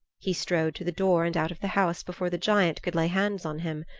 he strode to the door and out of the house before the giant could lay hands on him.